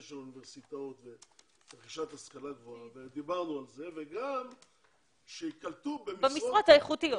של אוניברסיטאות ורכישת השכלה גבוהה וגם שייקלטו במשרות מתאימות.